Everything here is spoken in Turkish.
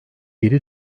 yedi